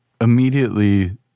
immediately